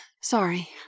Sorry